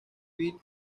bell